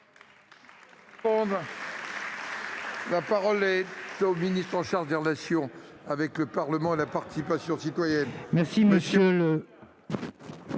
La parole est à M. le ministre délégué chargé des relations avec le Parlement et de la participation citoyenne.